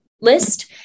list